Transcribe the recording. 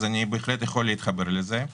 אז אני בהחלט יכול להתחבר לזה.